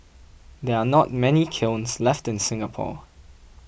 there are not many kilns left in Singapore